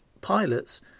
pilots